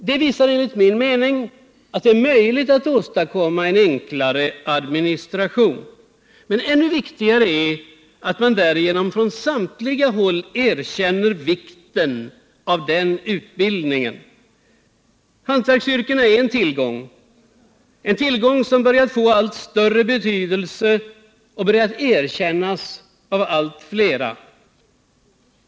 Det visar enligt min mening att det är möjligt att åstadkomma en enklare administration, men ännu viktigare är att man därigenom från samtliga håll erkänner vikten av denna utbildning. Hantverksyrkena är en tillgång, som börjar få allt större betydelse och har börjat erkännas av allt flera.